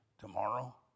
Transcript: tomorrow